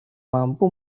mampu